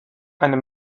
eine